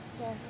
Yes